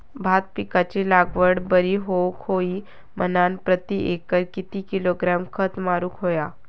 भात पिकाची लागवड बरी होऊक होई म्हणान प्रति एकर किती किलोग्रॅम खत मारुक होया?